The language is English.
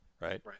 right